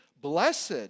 Blessed